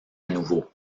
nouveau